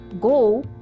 go